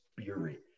spirit